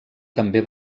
també